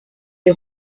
les